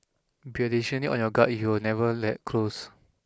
be additionally on your guard if you were never that close